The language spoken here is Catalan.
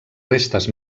restes